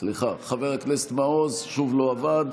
סליחה, חבר הכנסת מעוז, שוב לא עבד.